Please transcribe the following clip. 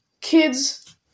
kids